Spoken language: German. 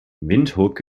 windhoek